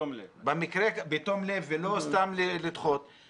בתום לב ולא סתם לדחות,